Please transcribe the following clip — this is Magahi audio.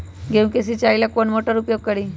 गेंहू के सिंचाई ला कौन मोटर उपयोग करी?